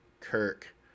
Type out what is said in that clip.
Kirk